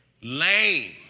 Lame